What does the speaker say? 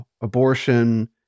abortion